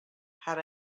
had